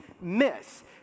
miss